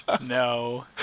no